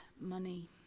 money